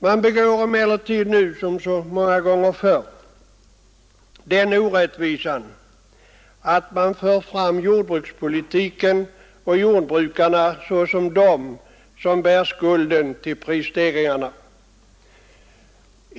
Man begår nu, som så många gånger förr, den orättvisan att man skjuter skulden på jordbrukspolitiken och jordbrukarna när man skall förklara prisstegringarna.